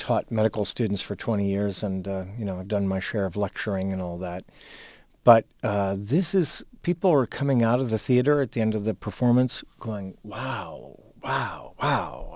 taught medical students for twenty years and you know i've done my share of lecturing and all that but this is people are coming out of the theater at the end of the performance going wow wow wow